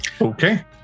okay